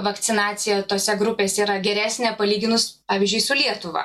vakcinacija tose grupės yra geresnė palyginus pavyzdžiui su lietuva